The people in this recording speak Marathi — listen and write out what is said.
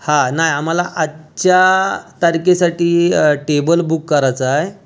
हा नाही आम्हाला आजच्या तारखेसाठी टेबल बुक करायचा आहे